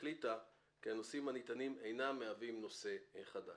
והחליטה כי הנושאים הנטענים אינם מהווים נושא חדש".